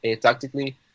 tactically